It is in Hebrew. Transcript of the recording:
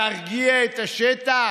להרגיע את השטח?